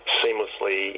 seamlessly